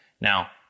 Now